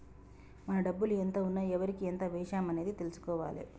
మన డబ్బులు ఎంత ఉన్నాయి ఎవరికి ఎంత వేశాము అనేది తెలుసుకోవాలే